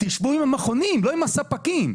תשבו עם המכונים לא עם הספקים.